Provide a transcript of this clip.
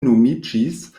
nomiĝis